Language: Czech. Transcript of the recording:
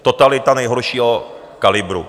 Totalita nejhoršího kalibru!